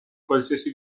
qualsiasi